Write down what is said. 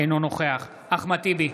אינו נוכח אחמד טיבי,